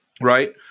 right